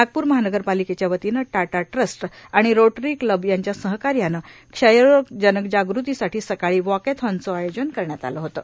नागपूर महानगरपालिकेच्या वतीनं टाटा ट्रस्ट आणि रोटरी क्लब यांच्या सहकार्याने क्षयरोग जनजाग़तीसाठी सकाळी वॉकथानचे आयोजन करण्यात आलं होतं